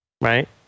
Right